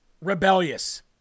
rebellious